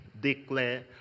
declare